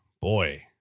boy